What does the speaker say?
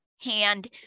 hand